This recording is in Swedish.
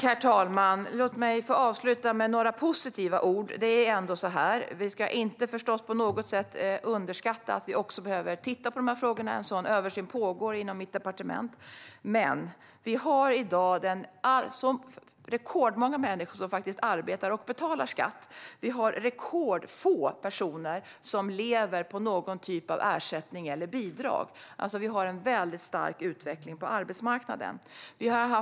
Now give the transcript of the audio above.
Herr talman! Låt mig få avsluta med några positiva ord. Vi ska inte på något sätt underskatta att vi behöver titta på dessa frågor, och en sådan översyn pågår inom mitt departement. Men i dag har vi faktiskt rekordmånga människor som arbetar och betalar skatt, och vi har rekordfå personer som lever på någon typ av ersättning eller bidrag. Vi har alltså en mycket stark utveckling på arbetsmarknaden.